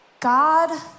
God